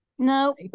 no